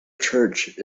church